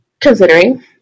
considering